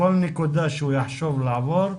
בכל נקודה שהוא יחשוב לעבור,